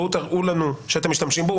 בואו תראו לנו שאתם משתמשים בו.